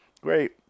Great